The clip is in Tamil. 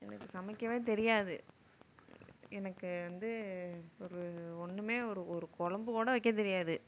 எனக்கு சமைக்கவே தெரியாது எனக்கு வந்து ஒரு ஒன்றுமே ஒரு ஒரு குழம்புக்கூட வைக்க தெரியாது